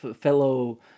fellow